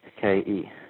K-E